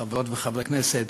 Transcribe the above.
חברות וחברי הכנסת,